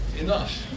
enough